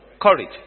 Courage